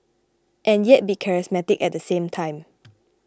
and yet be charismatic at the same time